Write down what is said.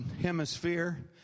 hemisphere